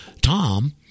Tom